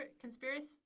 Conspiracy